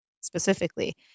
specifically